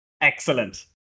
Excellent